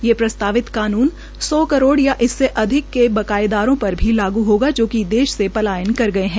ये प्रस्तावित कानून सौ करोड़ या इससे अधिक के बकायादारों पर भी लागू होगा जो देश से पलायन कर गए है